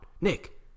Nick